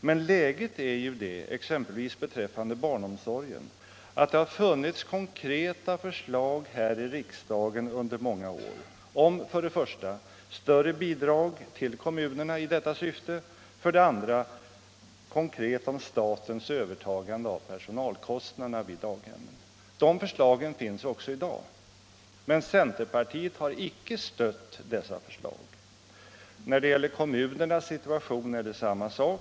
Men läget är ju det, exempelvis beträffande barnomsorgen, att det under många år funnits konkreta förslag här i riksdagen om för det första större bidrag till kommunerna i detta syfte, och för det andra statens övertagande av personalkostnaderna vid daghemmen. De förslagen finns också i dag. Men centerpartiet har icke stött dessa förslag. Detsamma gäller kommunernas situation.